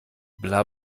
bla